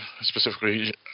specifically